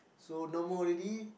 so no more already